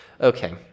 Okay